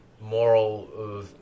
moral